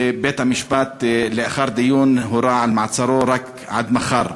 בית-המשפט, לאחר דיון, הורה על מעצרו רק עד מחר.